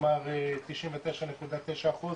כלומר 99.9 אחוז